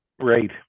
Right